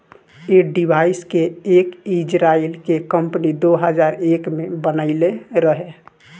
ऐ डिवाइस के एक इजराइल के कम्पनी दो हजार एक में बनाइले रहे